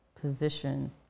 position